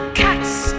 cat's